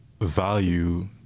value